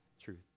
truth